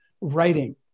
writing